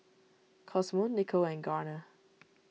Cosmo Nico and Garner